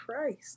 Christ